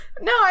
No